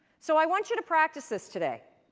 so i want you to practice this today.